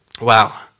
Wow